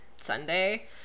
Sunday